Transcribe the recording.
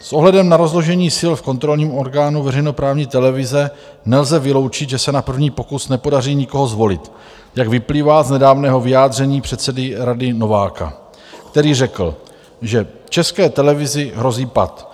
S ohledem na rozložení sil v kontrolním orgánu veřejnoprávní televize nelze vyloučit, že se na první pokus nepodaří nikoho zvolit, jak vyplývá z nedávného vyjádření předsedy Rady Nováka, který řekl, že České televizi hrozí pat.